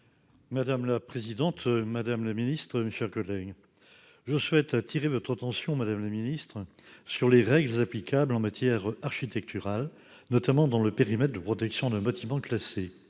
Madame la présidente, madame la ministre, mes chers collègues, je souhaite attirer l'attention du Gouvernement sur les règles applicables en matière architecturale, notamment dans le périmètre de protection d'un bâtiment classé.